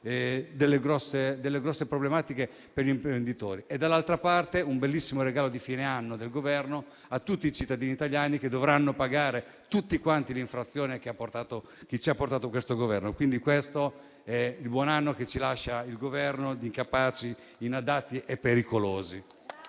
delle grosse problematiche per gli imprenditori e, dall'altra parte, verrà fatto un bellissimo regalo di fine anno del Governo a tutti i cittadini italiani che dovranno pagare tutti l'infrazione cui ci ha portato questo Governo. Questo è il buon anno che ci lascia il Governo di incapaci, inadatti e pericolosi.